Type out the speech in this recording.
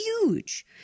huge